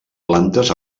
plantes